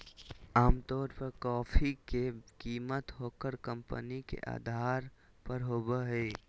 आमतौर पर कॉफी के कीमत ओकर कंपनी के अधार पर होबय हइ